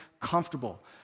comfortable